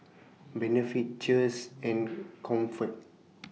Benefit Cheers and Comfort